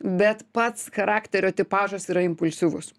bet pats charakterio tipažas yra impulsyvus